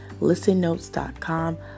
ListenNotes.com